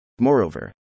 Moreover